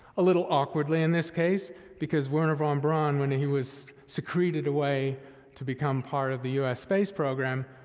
a little awkwardly in this case because wernher von braun, when he was secreted away to become part of the us space program,